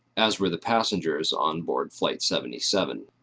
as were the passengers on board flight seventy seven,